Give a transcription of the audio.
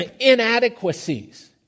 inadequacies